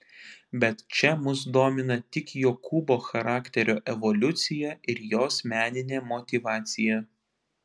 bet čia mus domina tik jokūbo charakterio evoliucija ir jos meninė motyvacija